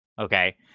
okay